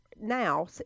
now